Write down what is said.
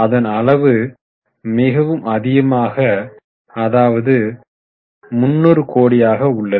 அதன் அளவு மிகவும் அதிகமாக 3000 கோடியாக உள்ளது